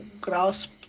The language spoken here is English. grasp